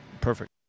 perfect